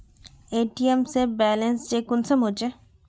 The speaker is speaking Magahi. ए.टी.एम से बैलेंस चेक कुंसम होचे?